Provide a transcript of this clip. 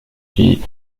qui